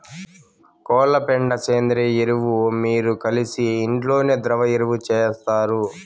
కోళ్ల పెండ సేంద్రియ ఎరువు మీరు కలిసి ఇంట్లోనే ద్రవ ఎరువు చేస్తారు